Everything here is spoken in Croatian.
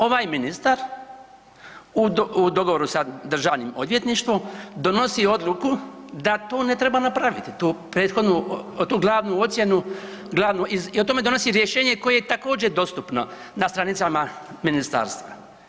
Ovaj ministar u dogovoru sa Državnim odvjetništvom donosi odluku da to ne treba napraviti, tu prethodnu, tu glavnu ocjenu, glavnu iz, i o tome donosi rješenje koje je također, dostupno na stranicama ministarstva.